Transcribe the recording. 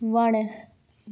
वणु